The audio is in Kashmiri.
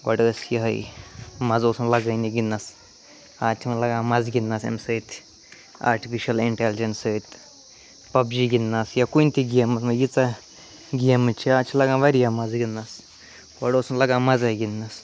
گۄڈ ٲس یِہوٚے مَزٕ اوس نہٕ لَگٲنی گِنٛدنَس آز چھِ وَنہِ لگان مَزٕ گِنٛدنَس اَمہِ سۭتۍ آرٹفِشَل اِنٛٹٮ۪لِجٮ۪نٕس سۭتۍ پَب جی گِنٛدنَس یا کُنہ تہِ گیمہ ییٖژاہ گیمہٕ چھےٚ آز چھِ لَگان واریاہ مَزٕ گِنٛدنَس گۄڈٕ اوس نہٕ لَگان مَزَے گِنٛدنَس